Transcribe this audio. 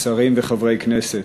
שרים וחברי כנסת,